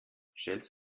stellst